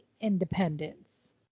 independence